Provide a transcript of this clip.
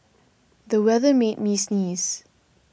the weather made me sneeze